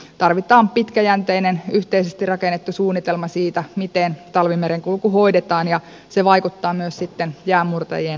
tarvitaan pitkäjänteinen yhteisesti rakennettu suunnitelma siitä miten talvimerenkulku hoidetaan ja se vaikuttaa myös sitten jäänmurtajien hankintaohjelmaan